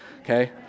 okay